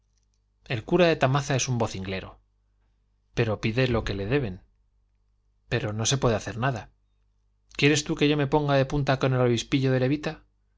el cura de tamaza es un vocinglero pero pide lo que le deben pero no se puede hacer nada quieres tú que yo me ponga de punta con el obispillo de levita